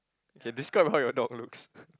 K describe how your dog looks